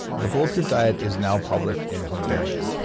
the bulletproof diet is now published in hungarian.